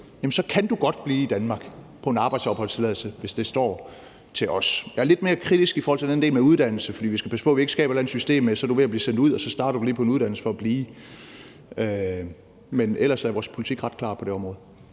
så kan du godt blive i Danmark på en arbejdsopholdstilladelse, hvis det står til os. Jeg er lidt mere kritisk over for den del med uddannelse, for vi skal passe på, at vi ikke skaber et eller andet system, hvor du, hvis du er ved at blive sendt ud, lige starter på en uddannelse for at kunne blive. Men ellers er vores politik ret klar på det område.